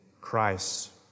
Christ